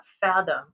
fathom